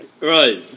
Right